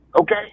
Okay